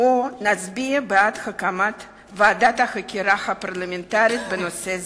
או נצביע בעד הקמת ועדת חקירה פרלמנטרית בנושא זה.